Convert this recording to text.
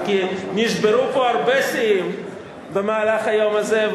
כי כבר נשברו פה הרבה שיאים במהלך היום הזה,